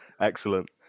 Excellent